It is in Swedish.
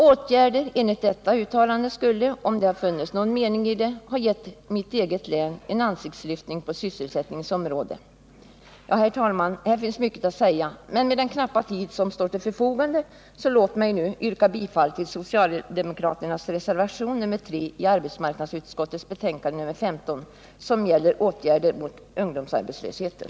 Åtgärder enligt detta uttalande skulle — om det funnits någon mening i det — ha gett mitt eget län en ansiktslyftning på sysselsättningens område. Herr talman! Här finns mycket att säga, men låt mig nu — med tanke på den knappa tid som står till förfogande — yrka bifall till socialdemokraternas reservation 3 vid arbetsmarknadsutskottets betänkande 15, som gäller åtgärder mot ungdomsarbetslösheten.